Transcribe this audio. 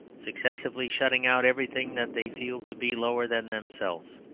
successively shutting out everything that they feel to be lower than themselves.